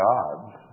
God's